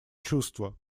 чувство